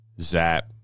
Zap